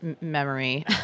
memory